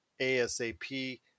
ASAP